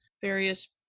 various